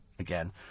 Again